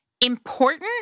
important